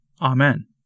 Amen